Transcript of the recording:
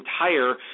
entire